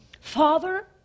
Father